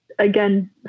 again